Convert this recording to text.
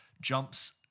jumps